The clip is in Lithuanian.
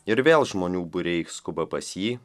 ir vėl žmonių būriai skuba pas jį